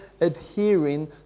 adhering